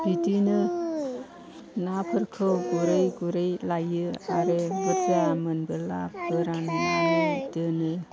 बिदिनो नाफोरखौ गुरै गुरै लायो आरो बुरजा मोनबोला फोराननानै दोनो